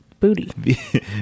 booty